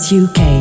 uk